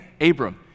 Abram